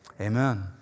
amen